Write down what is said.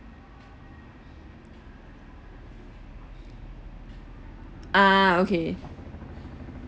ah okay